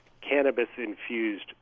cannabis-infused